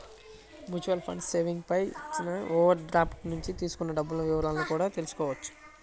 mutual funds savings పై ఇచ్చిన overdraft నుంచి తీసుకున్న డబ్బుల వివరాలను కూడా తెల్సుకోవచ్చు